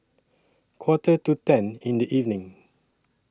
Quarter to ten in The evening